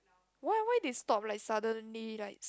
why why they stop like suddenly like